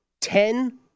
ten